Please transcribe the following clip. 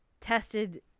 tested